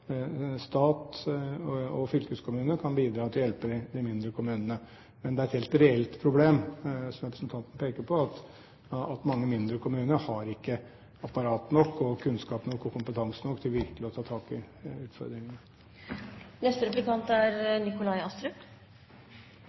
stat og fylkeskommune kan bidra til å hjelpe de mindre kommunene. Men det er et helt reelt problem som representanten peker på, at mange mindre kommuner ikke har apparat, kunnskap og kompetanse nok til virkelig å ta tak i utfordringene. Det er